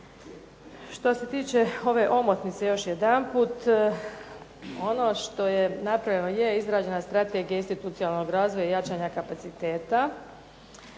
Što se tiče ove omotnice još jedanput. Ono što je napravljeno, je izrađena strategija institucionalnog razvoja i jačanja kapaciteta,